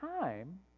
time